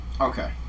Okay